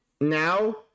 now